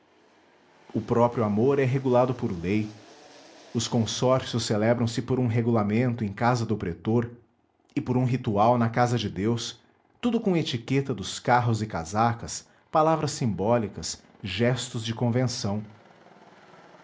o próprio amor é regulado por lei os consórcios celebram se por um regulamento em casa do pretor e sor um ritual na casa de deus tudo com etiqueta dos carros e casacas palavras simbólicas gestos de convenção